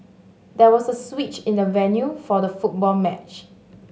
there was a switch in the venue for the football match